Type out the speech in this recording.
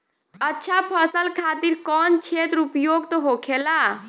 अच्छा फसल खातिर कौन क्षेत्र उपयुक्त होखेला?